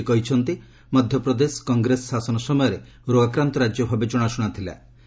ଶ୍ରୀ ମୋଦି କହିଚନ୍ତି ମଧ୍ୟପ୍ରଦେଶ କଂଗ୍ରେସ ଶାସନ ସମୟରେ ରୋଗାକ୍ରାନ୍ତ ରାଜ୍ୟ ଭାବେ ଜଣାଶୁଣା ଥିଲା